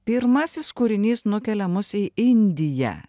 pirmasis kūrinys nukelia mus į indiją